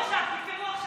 עכשיו, עכשיו תפתרו.